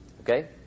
okay